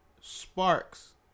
Sparks